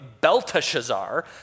Belteshazzar